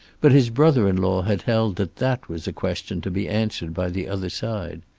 but his brother-in-law had held that that was a question to be answered by the other side.